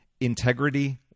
integrity